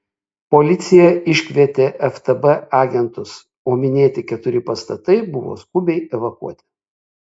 policija iškvietė ftb agentus o minėti keturi pastatai buvo skubiai evakuoti